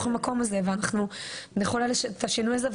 המקום הזה ואנחנו נחולל את השינוי הזה.